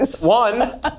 One